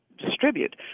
distribute